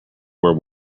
were